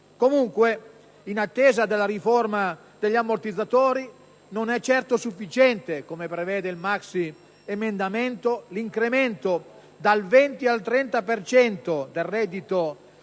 Comunque, in attesa della riforma degli ammortizzatori sociali, non è certo sufficiente, come prevede il maxiemendamento, l'incremento dal 20 al 30 per cento